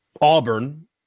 Auburn